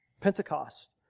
Pentecost